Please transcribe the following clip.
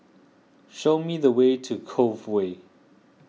show me the way to Cove Way